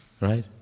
Right